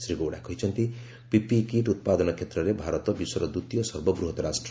ଶ୍ରୀ ଗୌଡ଼ା କହିଛନ୍ତି PPE kit ଉତ୍ପାଦନ କ୍ଷେତ୍ରରେ ଭାରତ ବିଶ୍ୱର ଦ୍ୱିତୀୟ ସର୍ବବୃହତ୍ ରାଷ୍ଟ୍ର